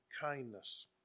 kindness